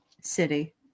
City